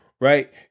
Right